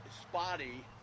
Spotty